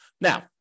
Now